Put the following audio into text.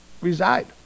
reside